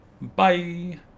bye